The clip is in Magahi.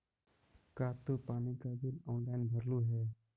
का तू पानी का बिल ऑनलाइन भरलू हे